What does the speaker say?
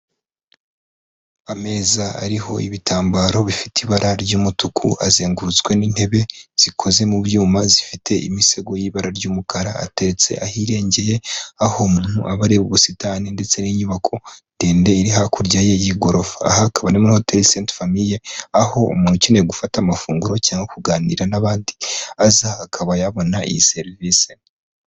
Ameza ariho ibitambaro bifite ibara ry'umutuku, azengurutswe n'intebe zikoze mu byuma zifite imisego y'ibara ry'umukara, ateretse ahirengeye aho umuntu aba areba ubusitani ndetse n'inyubako ndende iri hakurya ye y'igorofa ,aha akaba ari muri hoteli senti famiye ,aho umuntu ukeneye gufata amafunguro cyangwa kuganira n'abandi, aza akaba yabona iyi serivise.